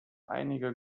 einige